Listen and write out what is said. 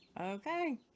Okay